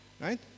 Right